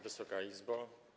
Wysoka Izbo!